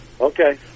Okay